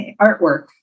artwork